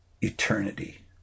eternity